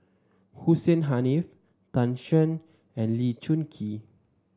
Hussein Haniff Tan Shen and Lee Choon Kee